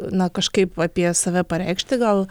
na kažkaip apie save pareikšti gal